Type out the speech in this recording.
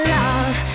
love